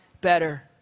better